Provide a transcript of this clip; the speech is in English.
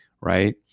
right